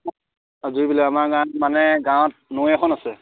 জুইবিল অঁ আমাৰ গাঁৱত মানে গাঁৱত নৈ এখন আছে